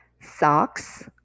socks